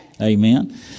Amen